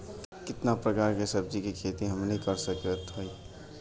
कितना प्रकार के सब्जी के खेती हमनी कर सकत हई?